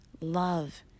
love